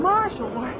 Marshall